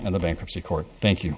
in the bankruptcy court thank you